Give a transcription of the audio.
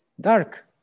dark